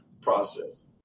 process